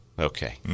okay